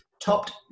topped